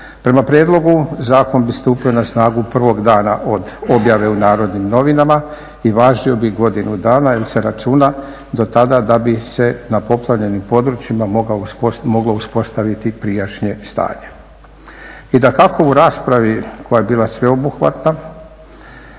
Prema prijedlogu zakon bi stupio na snagu prvog dana od objave u "Narodnim novinama" i važio bi godinu dana jer se računa do tada da bi se na poplavljenim područjima moglo uspostaviti prijašnje stanje. I dakako, u raspravi koja je bila sveobuhvatna